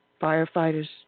firefighters